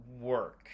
work